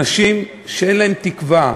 אנשים שאין להם תקווה,